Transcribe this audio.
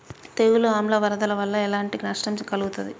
తెగులు ఆమ్ల వరదల వల్ల ఎలాంటి నష్టం కలుగుతది?